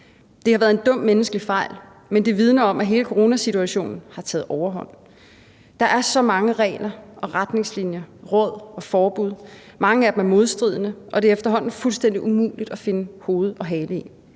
»Det har været en dum menneskelig fejl, men det vidner om, at hele coronasituationen har taget overhånd. Der er så mange regler, retningslinjer, råd og forbud. Mange af dem er modstridende, og det er efterhånden fuldstændig umuligt at finde hoved og hale i«.